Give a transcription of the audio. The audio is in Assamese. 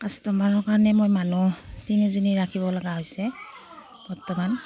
কাষ্টমাৰৰ কাৰণে মই মানুহ তিনিজনী ৰাখিব লগা হৈছে বৰ্তমান